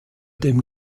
dem